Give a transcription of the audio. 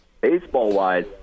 Baseball-wise